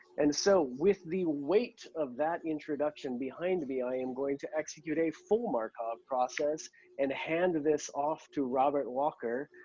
and so with the weight of that introduction behind me, i am going to execute a full markov process and hand this off to robert walker,